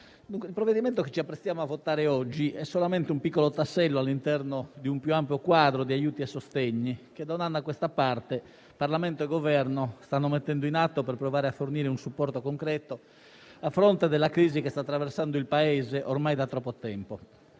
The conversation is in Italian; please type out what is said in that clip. il provvedimento che ci apprestiamo a votare oggi è solamente un piccolo tassello all'interno di un più ampio quadro di aiuti e sostegni che, da un anno a questa parte, Parlamento e Governo stanno mettendo in atto per provare a fornire un supporto concreto a fronte della crisi che sta attraversando il Paese ormai da troppo tempo.